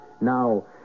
Now